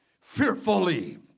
fearfully